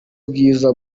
bwiza